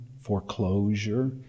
foreclosure